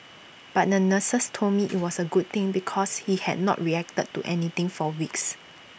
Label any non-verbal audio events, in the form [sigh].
but the nurses told me [noise] IT was A good thing because he had not reacted to anything for weeks